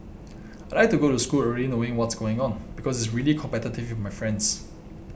I like to go to school already knowing what's going on because it's really competitive with my friends